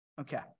Okay